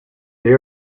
they